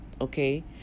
okay